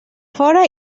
fora